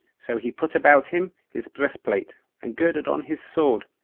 so he put about him his breastplate, and girded on his sword,